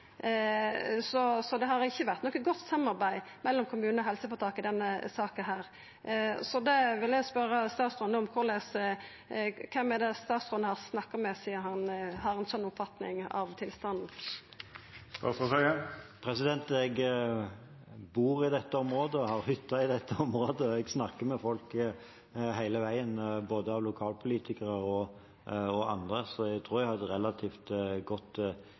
Det har ikkje vore noko godt samarbeid mellom kommunar og helseføretak i denne saka. Då vil eg spørja statsråden kven han har snakka med sidan han har ei slik oppfatning av tilstanden. Jeg bor i dette området og har hytte i dette området, og jeg snakker med folk hele veien, både lokalpolitikere og andre, så jeg tror jeg har et relativt godt